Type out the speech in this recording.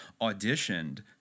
auditioned